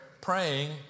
Praying